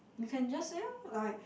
you can just say orh like